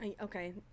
Okay